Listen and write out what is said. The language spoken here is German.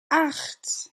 acht